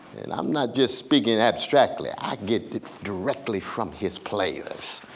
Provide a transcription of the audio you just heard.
and i'm not just speaking abstractly. i get it directly from his players.